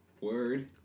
Word